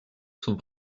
sont